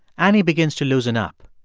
annie begins to loosen up.